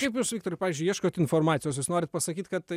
kaip jūs viktorai pavyzdžiui ieškot informacijos jūs norit pasakyt kad tai